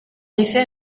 effet